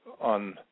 on